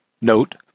Note